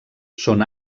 són